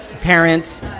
parents